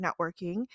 networking